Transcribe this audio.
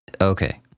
Okay